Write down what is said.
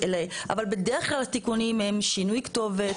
אבל בדרך כלל התיקונים הם שינוי כתובת,